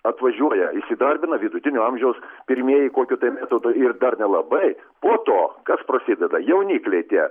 atvažiuoja įsidarbina vidutinio amžiaus pirmieji kokiu metodu ir dar nelabai po to kas prasideda jaunikliai tie